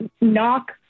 knock